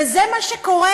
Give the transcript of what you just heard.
וזה מה שקורה.